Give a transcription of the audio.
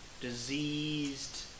diseased